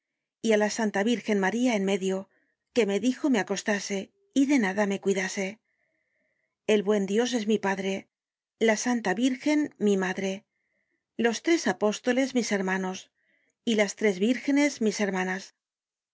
á la santa virgen maría en medio que me dijo rae acostase y de nada me cuidase el buen dios es mi padre la santa virgen mi madre los tres apóstoles mis hermanos y las tres vírgenes mis hermanas